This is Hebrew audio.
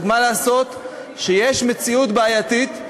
אבל מה לעשות שיש מציאות בעייתית,